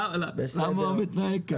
למה הוא מתנהג כך?